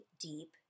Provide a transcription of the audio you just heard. deep